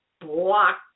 block